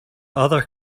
other